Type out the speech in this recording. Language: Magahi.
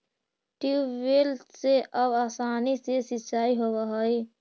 ट्यूबवेल से अब आसानी से सिंचाई होवऽ हइ